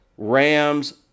Rams